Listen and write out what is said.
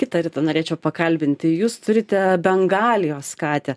kita rita norėčiau pakalbinti jūs turite bengalijos katę